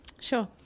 Sure